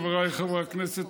חבריי חברי הכנסת,